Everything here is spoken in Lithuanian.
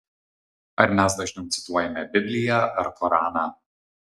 ar mes dažniau cituojame bibliją ar koraną